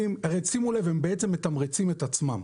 שימו לב, הם בעצם מתמרצים את עצמם.